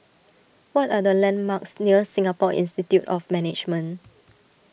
what are the landmarks near Singapore Institute of Management